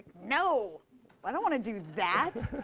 no, but i don't want to do that.